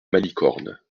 malicorne